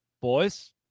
Boys